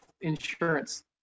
insurance